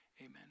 Amen